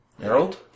Harold